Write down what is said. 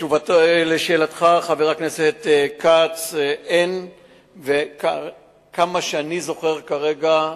לשאלתך, חבר הכנסת כץ, עד כמה שאני זוכר כרגע,